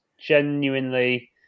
genuinely